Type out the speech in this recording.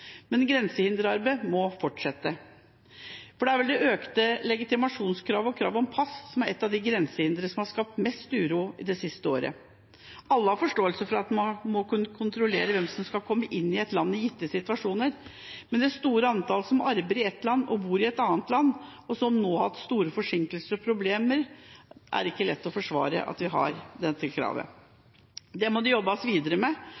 Grensehinderarbeidet må fortsette. Det er vel det økte legitimasjonskravet og kravet om pass som er et av de grensehindre som har skapt mest uro det siste året. Alle har forståelse for at man må kunne kontrollere hvem som skal komme inn i et land i gitte situasjoner, men overfor det store antallet som arbeider i ett land og bor i et annet, og som nå har hatt store forsinkelser og problemer, er det ikke lett å forsvare at vi har dette kravet. Det må det jobbes videre med,